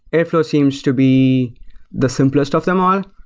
airflow seems to be the simplest of them all.